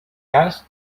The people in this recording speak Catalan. cas